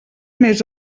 més